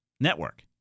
network